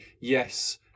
yes